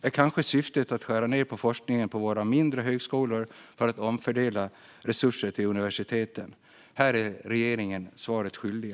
Är syftet kanske att skära ned på forskningen på våra mindre högskolor för att omfördela resurser till universiteten? Här är regeringen svaret skyldig.